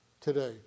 today